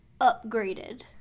upgraded